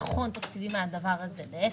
חסכון מהדבר הזה אלא להיפך.